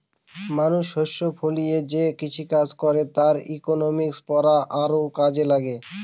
মানুষ শস্য ফলিয়ে যে কৃষিকাজ করে তার ইকনমিক্স পড়া আরও কাজে লাগে